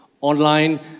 Online